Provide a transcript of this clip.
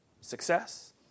success